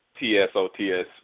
TSOTS